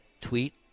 Tweet